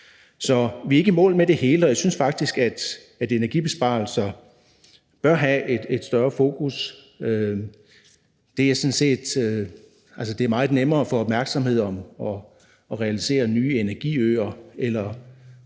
Så vi er ikke i mål med det hele. Og jeg synes faktisk, at energibesparelser bør have et større fokus. Altså, det er meget nemmere at få opmærksomhed omkring realisering af nye energiøer